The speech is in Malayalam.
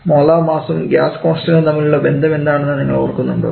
മോളാർ മാസും ഗ്യാസ് കോൺസ്റ്റണ്ടും തമ്മിലുള്ള ബന്ധം എന്താണെന്ന് നിങ്ങൾ ഓർക്കുന്നുണ്ടോ